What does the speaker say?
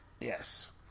Yes